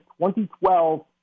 2012